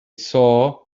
saw